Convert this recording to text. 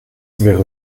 wäre